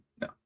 no